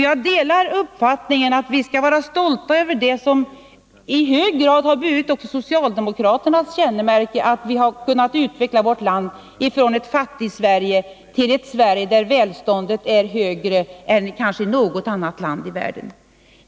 Jag delar uppfattningen att vi skall vara stolta över det som i hög grad varit också socialdemokraternas strävan — att vi har utvecklat Sverige från ett fattigt land till ett Sverige där välståndet är högre än i kanske något annat land i världen.